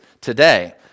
today